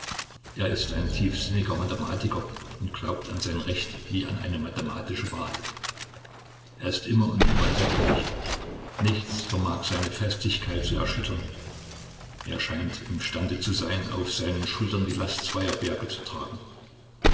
er ist ein tiefsinniger mathematiker und glaubt an sein recht wie an eine mathematische wahrheit er ist immer und überall der gleiche nichts vermag seine festigkeit zu erschüttern er scheint imstande zu sein auf seinen schultern die last zweier berge zu tragen